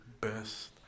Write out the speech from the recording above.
best